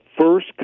first